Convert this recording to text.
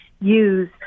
use